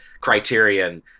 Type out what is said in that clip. Criterion